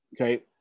Okay